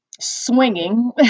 swinging